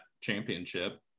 championship